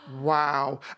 Wow